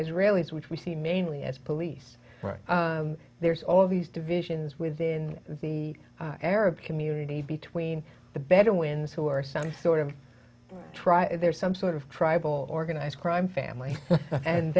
israelis which we see mainly as police there's all these divisions within the arab community between the bedouins who are some sort of try there's some sort of tribal organized crime family and